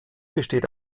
besteht